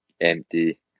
empty